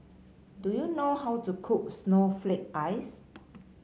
do you know how to cook Snowflake Ice